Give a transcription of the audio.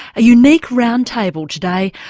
a unique roundtable today,